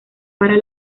para